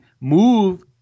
move